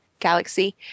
galaxy